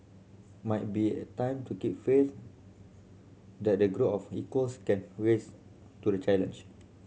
might be time to keep faith that a group of equals can to the challenge